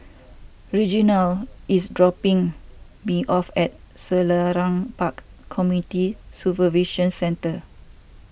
Reginald is dropping me off at Selarang Park Community Supervision Centre